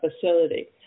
facility